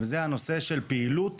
זה הנושא של פעילות